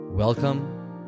Welcome